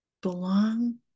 belong